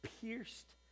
pierced